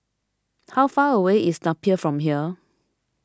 how far away is Napier from here